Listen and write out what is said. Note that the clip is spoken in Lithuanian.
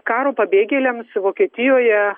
karo pabėgėliams vokietijoje